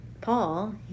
Paul